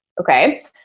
okay